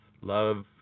Love